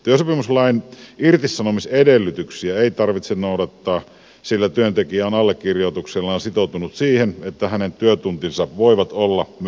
työsopimuslain irtisanomisedellytyksiä ei tarvitse noudattaa sillä työntekijä on allekirjoituksellaan sitoutunut siihen että hänen työtuntinsa voivat olla myös nolla